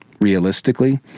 realistically